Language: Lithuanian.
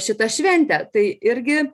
šitą šventę tai irgi